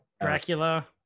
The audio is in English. dracula